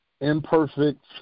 imperfect